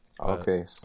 okay